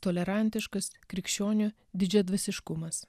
tolerantiškas krikščionių didžiadvasiškumas